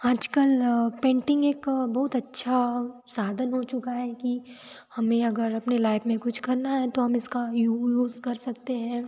आज कल पेंटिंग एक बहुत अच्छा साधन हो चुका है कि हमें अगर अपने लाइफ़ में कुछ करना है तो हम इसका यूज़ कर सकते हैं